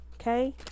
okay